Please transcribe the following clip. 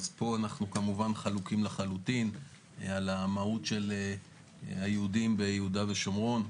אז פה אנחנו כמובן חלוקים לחלוטין על המהות של היהודים ביהודה ושומרון.